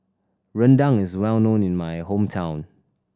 rendang is well known in my hometown